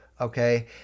Okay